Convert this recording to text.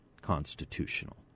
constitutional